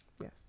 yes